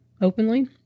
openly